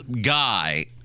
guy